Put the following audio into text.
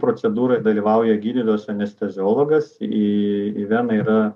procedūroj dalyvauja gydytojas anesteziologas į į veną yra